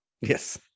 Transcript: yes